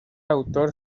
autor